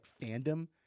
fandom